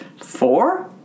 four